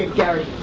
ah gary.